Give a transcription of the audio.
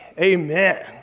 Amen